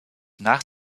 nach